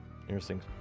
Interesting